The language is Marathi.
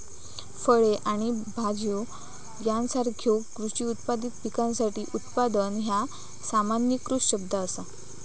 फळे आणि भाज्यो यासारख्यो कृषी उत्पादित पिकासाठी उत्पादन ह्या सामान्यीकृत शब्द असा